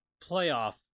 playoff